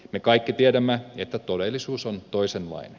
me kaikki tiedämme että todellisuus on toisenlainen